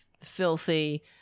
filthy